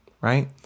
right